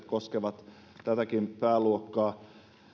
koskevat tätäkin pääluokkaa